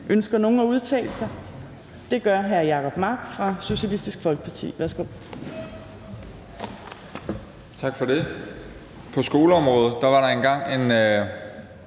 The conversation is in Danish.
Ønsker nogen at udtale sig? Det gør hr. Jacob Mark fra Socialistisk Folkeparti. Værsgo.